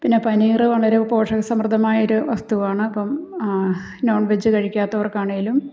പിന്നെ പനീർ വളരെ പോഷകസമൃദ്ധമായ ഒരു വസ്തുവാണ് അപ്പം നോൺ വെജ് കഴിക്കാത്തവർക്കാണെങ്കിലും